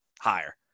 higher